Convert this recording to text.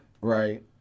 right